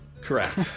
Correct